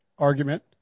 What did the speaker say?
Argument